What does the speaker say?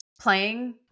playing